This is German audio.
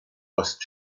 ost